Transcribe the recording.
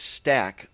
stack